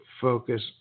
Focus